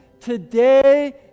today